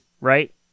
right